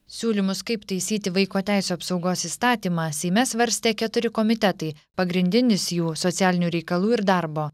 siūlymus kaip taisyti vaiko teisių apsaugos įstatymą seime svarstė keturi komitetai pagrindinis jų socialinių reikalų ir darbo